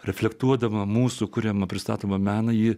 reflektuodama mūsų kuriama pristatoma meną ji